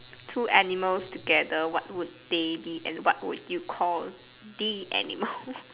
two animals together what's will they be and what will you call the animal